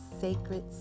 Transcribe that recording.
sacred